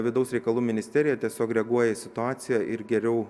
vidaus reikalų ministerija tiesiog reaguoja į situaciją ir geriau